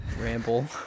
ramble